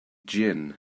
gin